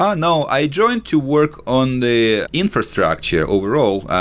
um no. i joined to work on the infrastructure overall,